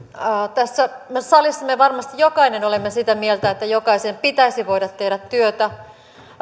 tässä salissa me varmasti jokainen olemme sitä mieltä että jokaisen pitäisi voida tehdä työtä